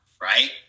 right